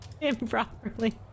improperly